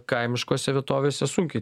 kaimiškose vietovėse sunkiai